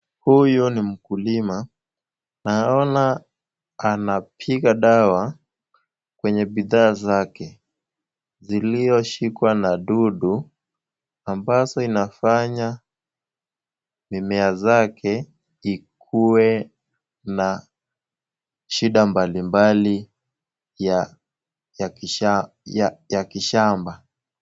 Huyu ni mkulima, naona anapiga dawa kwenye bidhaa zake zilioshikwa na dudu, ambazo zinafanya mimea zake ikuwe na shida mbalimbali ya kishamba.